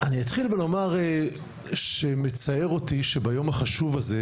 אני אתחיל בלומר שמצער אותי שביום החשוב הזה,